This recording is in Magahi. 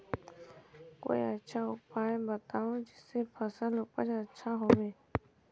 कोई अच्छा उपाय बताऊं जिससे फसल उपज अच्छा होबे